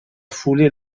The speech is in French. foulée